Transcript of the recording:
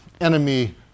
enemy